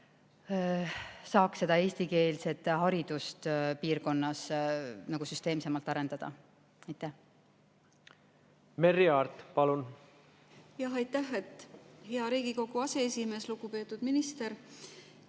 saaks eestikeelset haridust piirkonnas süsteemsemalt arendada. Merry Aart, palun! Aitäh, hea Riigikogu aseesimees! Lugupeetud minister!